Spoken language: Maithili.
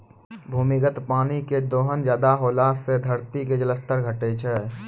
भूमिगत पानी के दोहन ज्यादा होला से धरती के जल स्तर घटै छै